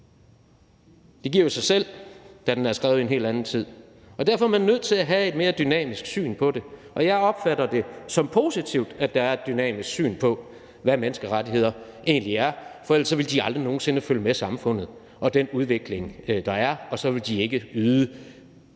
Det giver jo sig selv, da den er skrevet i en helt anden tid. Derfor er man nødt til at have et mere dynamisk syn på det, og jeg opfatter det som positivt, at der er et dynamisk syn på, hvad menneskerettigheder egentlig er, for ellers ville de aldrig nogen sinde følge med samfundet og den udvikling, der er, og så ville de ikke yde